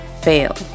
fail